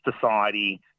society